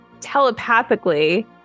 Telepathically